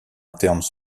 internes